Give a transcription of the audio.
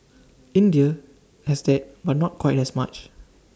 India has that but not quite as much